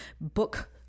book